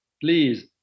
please